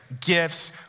gifts